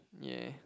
ya